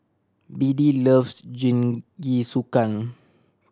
Beadie loves Jingisukan